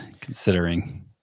considering